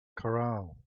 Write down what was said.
corral